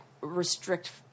restrict